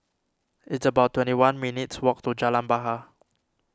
it's about twenty one minutes' walk to Jalan Bahar